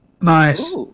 nice